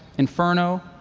inferno.